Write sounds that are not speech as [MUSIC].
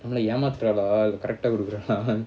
நல்லாஏமாத்துறாளாஇல்ல:nalla ematdhuralaa illa correct ah [LAUGHS]